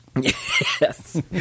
Yes